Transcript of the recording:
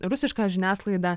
rusišką žiniasklaidą